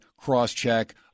cross-check